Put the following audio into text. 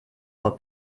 vor